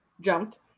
jumped